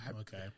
Okay